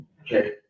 Okay